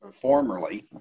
formerly